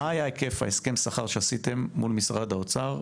מה היה היקף הסכם השכר שעשיתם מול משרד האוצר?